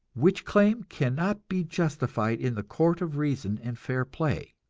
which claim cannot be justified in the court of reason and fair play.